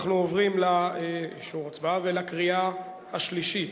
אנחנו עוברים לקריאה השלישית.